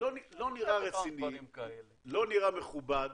לא נראה רציני, לא נראה מכובד.